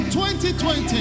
2020